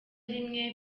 rimwe